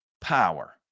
power